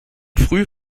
früh